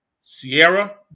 Sierra